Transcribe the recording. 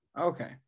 Okay